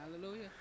Hallelujah